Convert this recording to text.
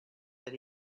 that